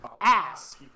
ass